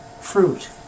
fruit